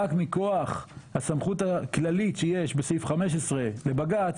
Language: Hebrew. רק מכוח הסמכות הכללית שיש בסעיף 15 לבג"צ,